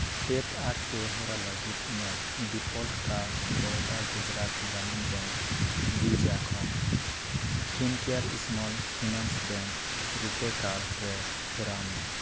tap ᱟᱨ pay ᱦᱚᱨᱟ ᱞᱟᱹᱜᱤᱫ ᱤᱧᱟᱹᱜ default card Baroda Gujarat Gramin bank ᱵᱷᱤᱡᱟ ᱠᱷᱚᱱ Fincare small finance bank RuPay card ᱨᱮ ᱯᱷᱮᱨᱟᱣ ᱢᱮ